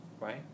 right